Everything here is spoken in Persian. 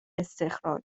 استخراج